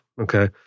Okay